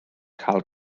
cael